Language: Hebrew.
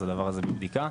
אז הדבר הזה בבדיקה.